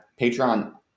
Patreon